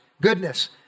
goodness